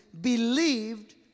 believed